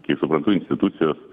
kaip suprantu institucijos